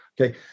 Okay